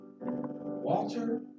Walter